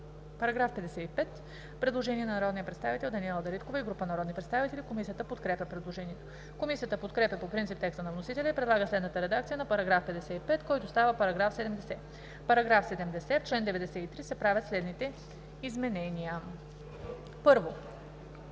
По § 55 има предложение на народния представител Даниела Дариткова и група народни представители. Комисията подкрепя предложението. Комисията подкрепя по принцип текста на вносителя и предлага следната редакция на § 55, който става § 70: „§ 70. В чл. 93 се правят следните изменения: 1.